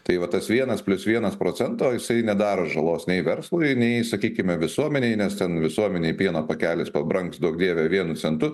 tai va tas vienas plius vienas procento jisai nedaro žalos nei verslui nei sakykime visuomenei nes ten visuomenei pieno pakelis pabrangs duok dieve vienu centu